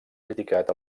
criticat